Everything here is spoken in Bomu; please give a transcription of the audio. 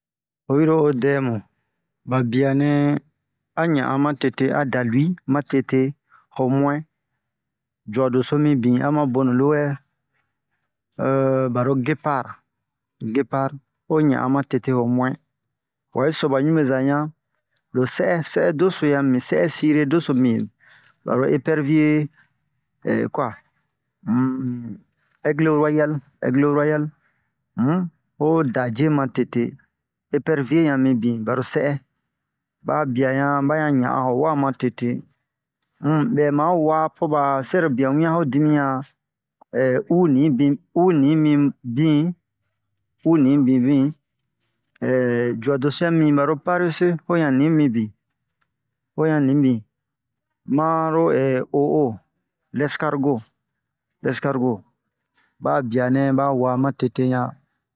o yiro o dem ba bia a ɲahan matete a da lui matete jo deso minbin ama bonu lowɛ ooo baro gepar gepar o ɲan matete o muɛin wahi ba ɲumɛza ɲan lo sɛhɛ sɛhɛ doso yami sɛhɛ sire deso min bin baro epɛrvier ee koi unn aigle ruayal hun ho daje matete epɛrvier ɲan mi bin baro sɛhɛ ba ɲan ɲahan ho wa matete bɛ ma wa po ba sɛro bian wure ho dimia unibin uni mi bin jua doso yami baro parese ho ɲan ni mibin ho ɲan ni mibin ma'o oo eskargo ba bia nɛ ba wa matete ɲan